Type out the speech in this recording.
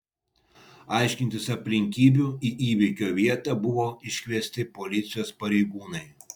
aiškintis aplinkybių į įvykio vietą buvo iškviesti policijos pareigūnai